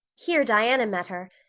here diana met her,